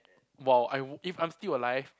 !wow! I if I'm still alive